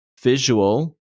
visual